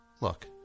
Look